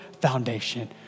foundation